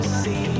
see